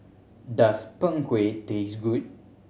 does Png Kueh taste good